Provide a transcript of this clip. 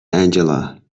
angela